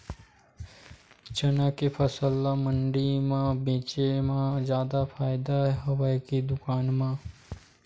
चना के फसल ल मंडी म बेचे म जादा फ़ायदा हवय के दुकान म?